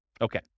Okay